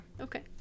Okay